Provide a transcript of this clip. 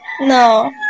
no